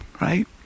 right